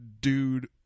dude